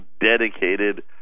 dedicated